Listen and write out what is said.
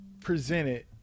presented